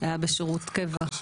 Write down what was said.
היה בשירות קבע.